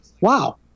wow